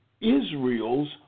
Israel's